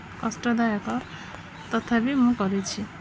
କଷ୍ଟଦାୟକ ତଥାପି ମୁଁ କରିଛି